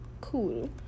cool